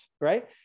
right